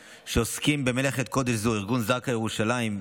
שעוסקים במלאכת קודש זו: ארגון זק"א ירושלים,